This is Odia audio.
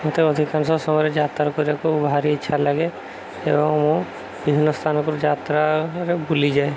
ମୋତେ ଅଧିକାଂଶ ସମୟରେ ଯାତ୍ରା କରିବାକୁ ଭାରି ଇଚ୍ଛା ଲାଗେ ଏବଂ ମୁଁ ବିଭିନ୍ନ ସ୍ଥାନକୁ ଯାତ୍ରାରେ ବୁଲିଯାଏ